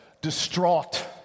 distraught